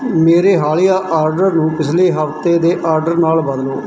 ਮੇਰੇ ਹਾਲੀਆ ਆਰਡਰ ਨੂੰ ਪਿਛਲੇ ਹਫਤੇ ਦੇ ਆਰਡਰ ਨਾਲ ਬਦਲੋ